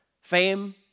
Fame